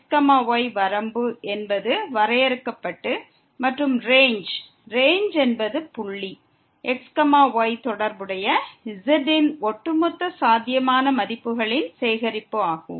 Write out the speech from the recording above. இது fxy வரம்பு என்பது x y புள்ளியுடன் தொடர்புடைய z இன் ஒட்டுமொத்த சாத்தியமான மதிப்புகளின் தொகுப்பாகும்